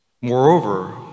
Moreover